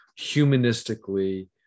humanistically